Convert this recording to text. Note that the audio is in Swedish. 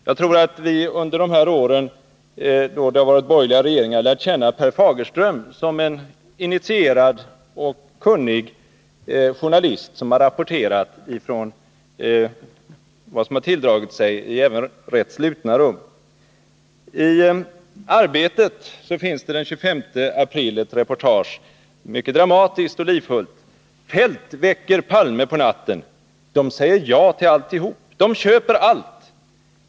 Jag tror att vi under dessa år, då det har varit borgerliga regeringar, har lärt känna Per Fagerström som en initierad och kunnig journalist, då han rapporterat vad som har tilldragit sig även i rätt slutna rum. I Arbetet finns den 25 april ett reportage, mycket dramatiskt och livfullt. ”Feldt väcker Palme på natten: — De säger ja till alltihop! — De köper allt!